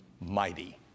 mighty